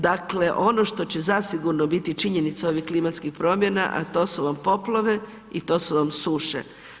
Dakle ono što će zasigurno biti činjenica ovih klimatskih promjena a to su vam poplave i to su vam suše.